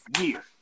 year